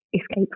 escape